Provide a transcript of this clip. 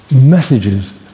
messages